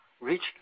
reached